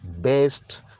based